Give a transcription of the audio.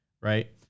right